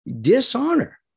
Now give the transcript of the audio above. dishonor